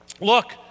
Look